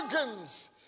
Organs